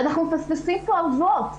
אנחנו מפספסים פה אבות.